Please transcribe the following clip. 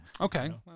Okay